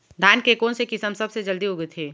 धान के कोन से किसम सबसे जलदी उगथे?